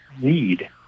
need